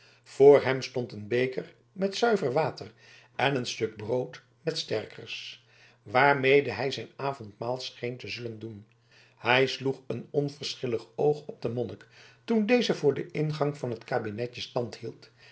voor hem stond een beker met zuiver water en een stuk brood met sterkers waarmede hij zijn avondmaaltijd scheen te zullen doen hij sloeg een onverschillig oog op den monnik toen deze voor den ingang van het kabinetje stand hield